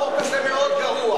החוק הזה מאוד גרוע.